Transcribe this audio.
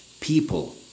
people